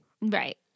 Right